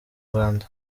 rwanda